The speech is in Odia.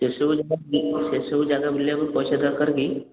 ସେ ସବୁ ଜାଗା ସେ ସବୁ ଜାଗା ବୁଲିବାକୁ ପଇସା ଦରକାର କି